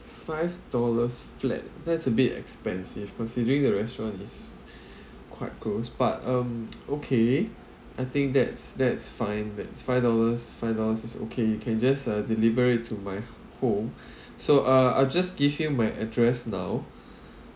five dollars flat that's a bit expensive considering the restaurant is quite close but um okay I think that's that's fine that's five dollars five dollars is okay you can just uh deliver it to my home so uh I'll just give you my address now